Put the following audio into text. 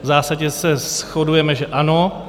V zásadě se shodujeme, že ano.